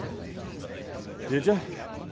just down-sized a little bit. did ya? yeah